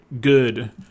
good